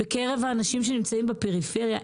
בקרב האנשים שנמצאים בפריפריה.